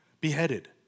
beheaded